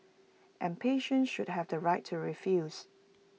and patients should have the right to refuse